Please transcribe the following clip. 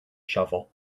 shovel